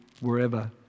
wherever